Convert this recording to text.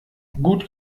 gut